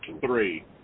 three